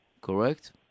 Correct